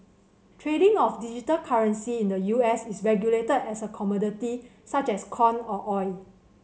trading of digital currency in the U S is regulated as a commodity such as corn or oil